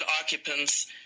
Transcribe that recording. occupants